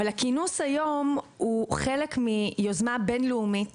אבל הכינוס היום הוא חלק מיוזמה בינלאומית